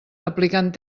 aplicant